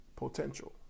potential